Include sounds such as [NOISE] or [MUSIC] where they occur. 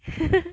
[LAUGHS]